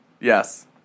Yes